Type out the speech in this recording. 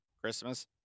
christmas